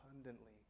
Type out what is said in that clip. abundantly